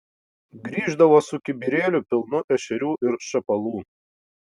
grįždavo su kibirėliu pilnu ešerių ir šapalų